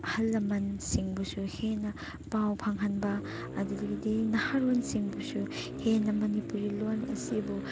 ꯑꯍꯜ ꯂꯃꯟꯁꯤꯡꯕꯨꯁꯨ ꯍꯦꯟꯅ ꯄꯥꯎ ꯐꯪꯍꯟꯕ ꯑꯗꯨꯗꯒꯤꯗꯤ ꯅꯍꯥꯔꯣꯜꯁꯤꯡꯕꯨꯁꯨ ꯍꯦꯟꯅ ꯃꯅꯤꯄꯨꯔꯤ ꯂꯣꯟ ꯑꯁꯤꯕꯨ